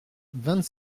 vingt